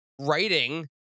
writing